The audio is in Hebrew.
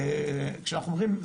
כשאנחנו אומרים,